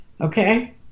Okay